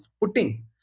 putting